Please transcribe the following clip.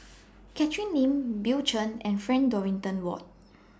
Catherine Lim Bill Chen and Frank Dorrington Ward